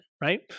right